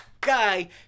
guy